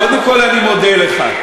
קודם כול, אני מודה לך.